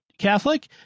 Catholic